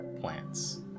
plants